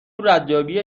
ردیابی